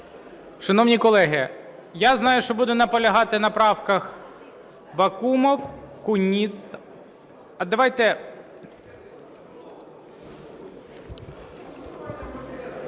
Шановні колеги, я знаю, що буде наполягати на правках Бакумов.